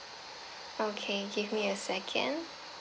okay give me a second